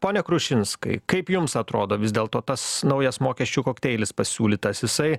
pone krušinskai kaip jums atrodo vis dėlto tas naujas mokesčių kokteilis pasiūlytas jisai